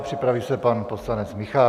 Připraví se pan poslanec Michálek.